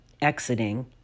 exiting